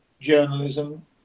journalism